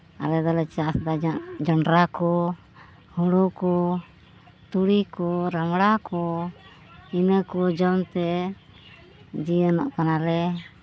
ᱟᱞᱮ ᱫᱚᱞᱮ ᱪᱟᱥᱫᱟ ᱡᱚᱸᱰᱨᱟ ᱠᱚ ᱦᱳᱲᱳ ᱠᱚ ᱛᱩᱲᱤ ᱠᱚ ᱨᱟᱸᱵᱽᱲᱟ ᱠᱚ ᱤᱱᱟᱹ ᱠᱚ ᱡᱚᱢᱛᱮ ᱡᱤᱭᱚᱱᱚᱜ ᱠᱟᱱᱟᱞᱮ